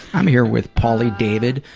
i'm here with pauly david,